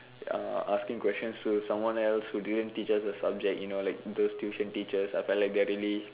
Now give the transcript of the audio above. uh asking questions to someone else who didn't teach us the subject you know those tuition teachers you know I feel like they are really